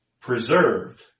Preserved